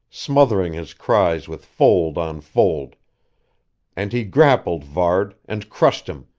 smothering his cries with fold on fold and he grappled varde, and crushed him,